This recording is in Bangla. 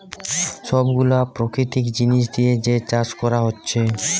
সব গুলা প্রাকৃতিক জিনিস দিয়ে যে চাষ কোরা হচ্ছে